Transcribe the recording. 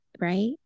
right